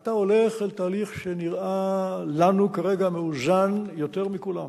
אתה הולך אל תהליך שנראה לנו כרגע מאוזן יותר מכולם.